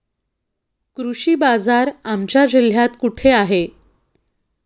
कृषी बाजार आमच्या जिल्ह्यात कुठे आहे?